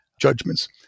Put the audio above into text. judgments